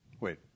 Wait